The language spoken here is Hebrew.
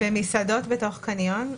אלה מסעדות בתוך קניון.